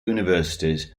universities